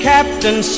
Captain